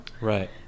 Right